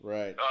Right